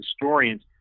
historians –